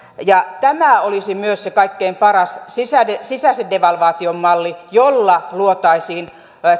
tämä olisi myös se kaikkein paras sisäisen sisäisen devalvaation malli jolla luotaisiin